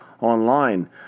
online